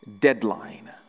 deadline